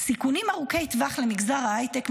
סיכונים ארוכי טווח למגזר ההייטק,